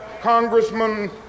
Congressman